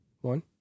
One